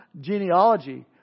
genealogy